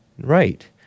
Right